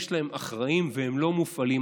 יש להם אחראים, והם לא מופעלים.